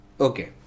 Okay